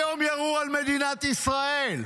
היום ירו על מדינת ישראל.